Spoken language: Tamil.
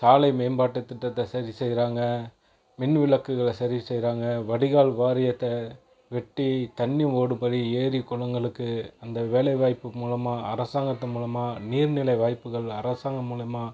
சாலை மேம்பாட்டு திட்டத்தை சரி செய்கிறாங்க மின் விளக்குகளை சரி செய்கிறாங்க வடிகால் வாரியத்தை வெட்டி தண்ணி ஓடும்படி ஏரி குளங்களுக்கு அந்த வேலைவாய்ப்பு மூலமாக அரசாங்கத்து மூலமாக நீர் நிலை வாய்ப்புகள் அரசாங்கம் மூலமா